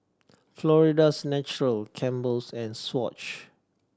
Florida's Natural Campbell's and Swatch